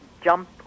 jump